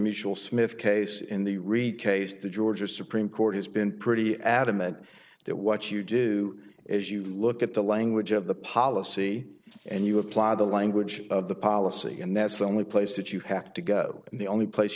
mitchell smith case in the reid case the georgia supreme court has been pretty adamant that what you do is you look at the language of the policy and you apply the language of the policy and that's the only place that you have to go and the only place